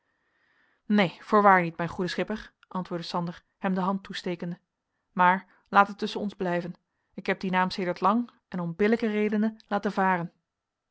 neen voorwaar niet mijn goede schipper antwoordde sander hem de hand toestekende maar laat het tusschen ons blijven ik heb dien naam sedert lang en om billijke redenen laten varen